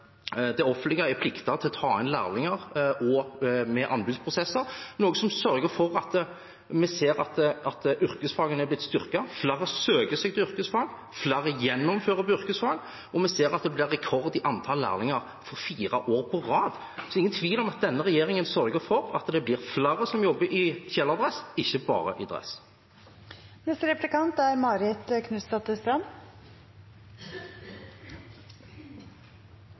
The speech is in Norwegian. det offentlige plikter å ta inn lærlinger også ved anbudsprosesser, og vi ser at yrkesfagene er blitt styrket. Flere søker seg til yrkesfag, flere gjennomfører yrkesfag, og vi ser at det blir rekord i antall lærlinger for fjerde år på rad. Det er ingen tvil om at denne regjeringen sørger for at det blir flere i kjeledress, ikke bare i dress. Det er